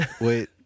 Wait